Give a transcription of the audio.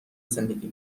زندگی